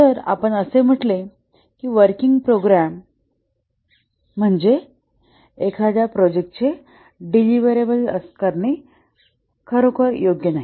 जर आपण असे म्हटले असेल की वर्किंग प्रोग्रॅमम्हणजे एखाद्या प्रोजेक्टचे डेलिव्हरबल करणे खरोखरच नाही